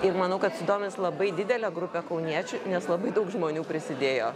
ir manau kad sudomins labai didelę grupę kauniečių nes labai daug žmonių prisidėjo